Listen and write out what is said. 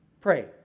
pray